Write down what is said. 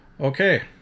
Okay